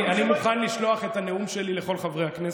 אני מוכן לשלוח את הנאום שלי לכל חברי הכנסת,